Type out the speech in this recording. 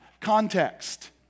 context